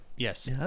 Yes